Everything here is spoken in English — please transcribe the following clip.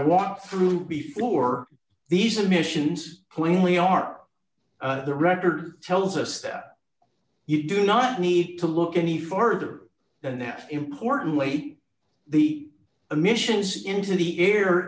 walk through before these admissions when we are the record tells us that you do not need to look any further than that importantly the emissions into the air